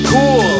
Cool